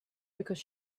because